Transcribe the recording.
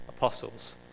apostles